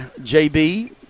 JB